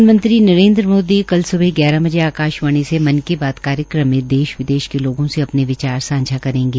प्रधानमंत्री नरेन्द्र मोदी कल सवेरे ग्यारह बजे आकाशवाणी से मन की बात कार्यक्रम में देश विदेश के लोगों से अपने विचार साझा करेंगे